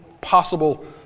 possible